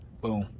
Boom